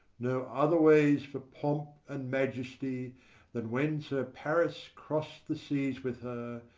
no otherways for pomp and majesty than when sir paris cross'd the seas with her,